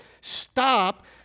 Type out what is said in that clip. Stop